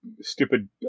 stupid